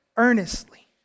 earnestly